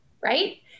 right